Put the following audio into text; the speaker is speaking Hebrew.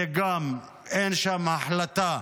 גם שם אין החלטה